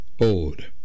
old